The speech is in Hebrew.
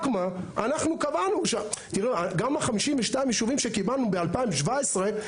גם 52 היישובים שקיבלנו ב-2017,